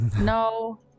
no